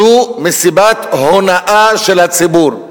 זו מסיבת הונאה של הציבור.